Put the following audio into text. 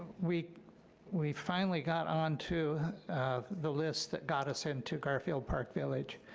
we we finally got onto the list that got us into garfield park village,